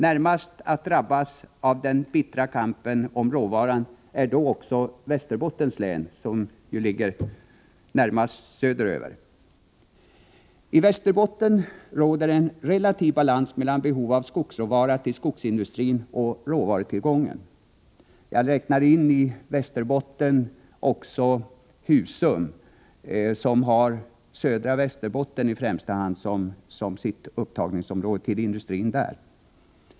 Först att drabbas av den bittra kampen om råvaran är då Västerbottens län, som ligger närmast söderöver. I Västerbotten råder en relativ balans mellan behov av skogsråvara till skogsindustrin och råvarutillgång. Jag räknar då i Västerbotten också in Husum, som främst har södra Västerbotten som sitt upptagningsområde.